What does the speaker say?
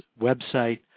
website